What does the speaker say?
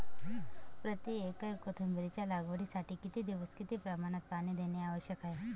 प्रति एकर कोथिंबिरीच्या लागवडीसाठी किती दिवस किती प्रमाणात पाणी देणे आवश्यक आहे?